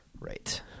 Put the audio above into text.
Right